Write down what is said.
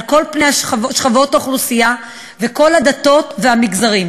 על כל פני שכבות האוכלוסייה וכל הדתות והמגזרים.